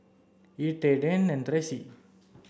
Ettie Dayne and Tracy